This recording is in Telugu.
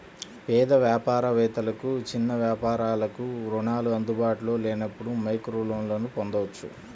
పేద వ్యాపార వేత్తలకు, చిన్న వ్యాపారాలకు రుణాలు అందుబాటులో లేనప్పుడు మైక్రోలోన్లను పొందొచ్చు